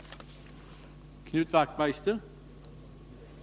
29 april 1983